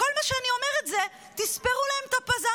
וכל מה שאני אומרת זה שתספרו להם את הפז"ם